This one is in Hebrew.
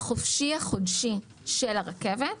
החופשי-חודשי של הרכבת,